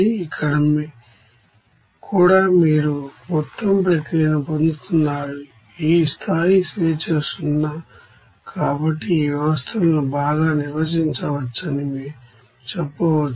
ఇక్కడ కూడా మీరు మొత్తం ప్రక్రియను పొందుతున్నారు ఈ స్థాయి స్వేచ్ఛ 0 కాబట్టి ఈ వ్యవస్థలను బాగా నిర్వచించవచ్చని మేము చెప్పవచ్చు